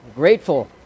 grateful